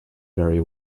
very